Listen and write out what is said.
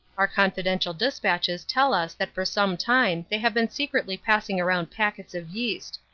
our confidential despatches tell us that for some time they have been secretly passing round packets of yeast.